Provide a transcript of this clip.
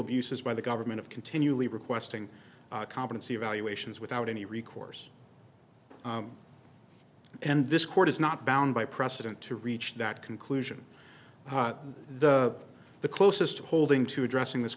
abuses by the government of continually requesting competency evaluations without any recourse and this court is not bound by precedent to reach that conclusion the the closest holding to addressing this